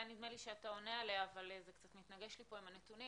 היה נדמה לי שאתה עונה עליה אבל זה קצת מתנגש לי פה עם הנתונים